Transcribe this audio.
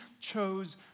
chose